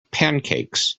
pancakes